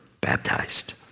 baptized